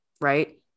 Right